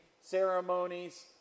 ceremonies